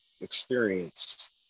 experience